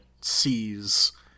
sees